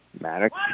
Maddox